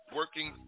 working